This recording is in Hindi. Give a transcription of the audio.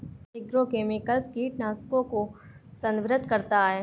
एग्रोकेमिकल्स कीटनाशकों को संदर्भित करता है